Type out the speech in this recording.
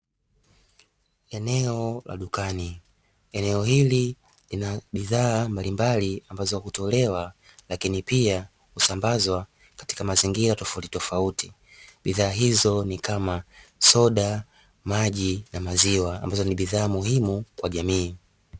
Eneo la dukani, eneo hili lina bidhaa mbalimbali ambazo hutolewa lakini pia kusambazwa katika mazingira tofautitofauti, bidhaa hizo ni kama; soda, maji na maziwa ambazo ni bidhaa muhimu kwa jamii.